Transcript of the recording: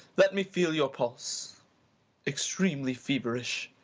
let me feel your pulse extremely feverish.